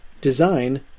design